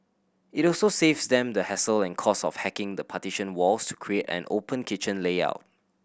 it also saves them the hassle and cost of hacking the partition walls to create an open kitchen layout